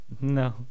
No